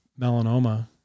melanoma